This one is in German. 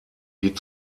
wie